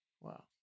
Wow